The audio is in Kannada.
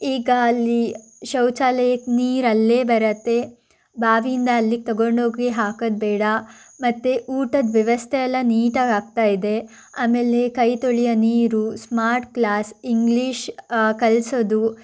ಈಗ ಅಲ್ಲಿ ಶೌಚಾಲಯಕ್ಕೆ ನೀರು ಅಲ್ಲೇ ಬರತ್ತೆ ಬಾವಿಯಿಂದ ಅಲ್ಲಿಗೆ ತಗೊಂಡು ಹೋಗಿ ಹಾಕೋದು ಬೇಡ ಮತ್ತು ಊಟದ ವ್ಯವಸ್ಥೆ ಎಲ್ಲ ನೀಟಾಗಿ ಆಗ್ತಾ ಇದೆ ಆಮೇಲೆ ಕೈ ತೊಳೆಯೋ ನೀರು ಸ್ಮಾರ್ಟ್ ಕ್ಲಾಸ್ ಇಂಗ್ಲೀಷ್ ಕಲಿಸೋದು